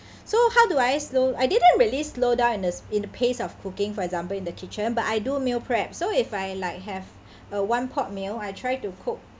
so how do I slow I didn't really slowdown in the in the pace of cooking for example in the kitchen but I do meal prep so if I like have a one pot meal I try to cook